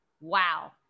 wow